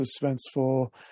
suspenseful